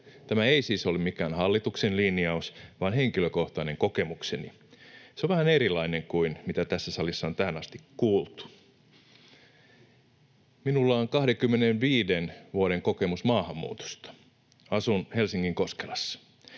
Tämä ei siis ole mikään hallituksen linjaus vaan henkilökohtainen kokemukseni. Se on vähän erilainen kuin mitä tässä salissa on tähän asti kuultu. Minulla on 25 vuoden kokemus maahanmuutosta. Asun Helsingin Koskelassa.